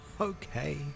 Okay